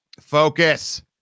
focus